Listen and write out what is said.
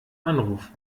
anruf